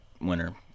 winner